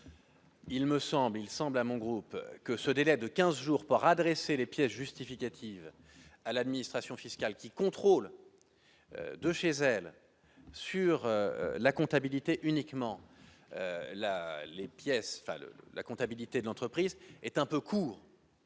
Il me semble, il semble à mon groupe que ce délai de 15 jours pour adresser les pièces justificatives à l'administration fiscale qui contrôle de chez elle, sur la comptabilité uniquement la les pièces phares de la comptabilité de l'entreprise est un peu court.